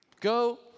Go